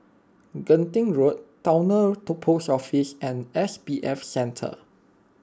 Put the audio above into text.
Genting Road Towner Post Office and S B F Center